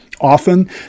often